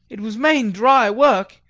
it was main dry work,